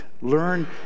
Learn